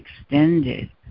extended